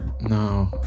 No